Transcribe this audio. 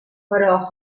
però